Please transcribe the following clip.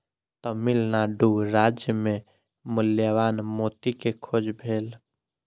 तमिल नाडु राज्य मे मूल्यवान मोती के खोज भेल